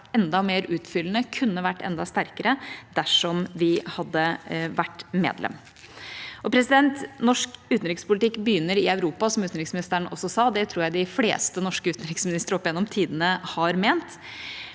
enda mer utfyllende, kunne vært enda sterkere, dersom vi hadde vært medlem. Norsk utenrikspolitikk begynner i Europa, som utenriksministeren også sa – det tror jeg de fleste norske utenriksministre opp gjennom tidene har ment